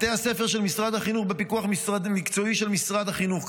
בתי הספר של משרד החינוך בפיקוח מקצועי של משרד החינוך,